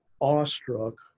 awestruck